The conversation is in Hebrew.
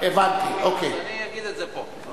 אני אגיד את זה פה.